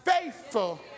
faithful